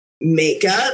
Makeup